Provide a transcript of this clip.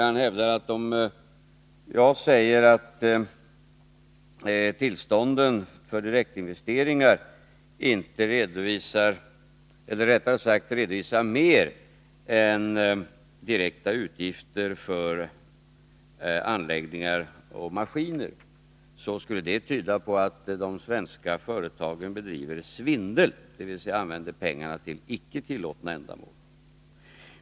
Han hävdar att om jag säger att tillstånden för direktinvesteringar redovisar mer än de direkta utgifterna för anläggningar och maskiner, skulle det tyda på att de svenska företagen bedriver svindel, dvs. använder pengarna för icke tillåtna ändamål.